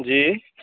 जी